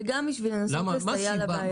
וגם בשביל לנסות לסייע לבעיה --- מה